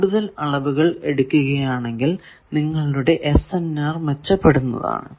കൂടുതൽ അളവുകൾ എടുക്കുകയാണെങ്കിൽ നിങ്ങളുടെ SNR മെച്ചപ്പെടുന്നതാണ്